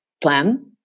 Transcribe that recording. plan